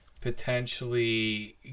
potentially